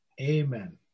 Amen